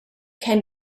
can